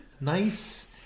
Nice